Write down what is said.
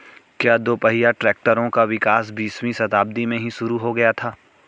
क्या दोपहिया ट्रैक्टरों का विकास बीसवीं शताब्दी में ही शुरु हो गया था?